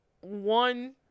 one